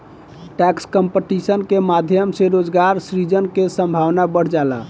tax competition के माध्यम से रोजगार सृजन के संभावना बढ़ जाला